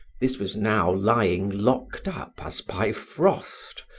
this was now lying locked up, as by frost,